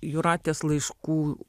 jūratės laiškų